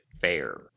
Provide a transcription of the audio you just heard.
fair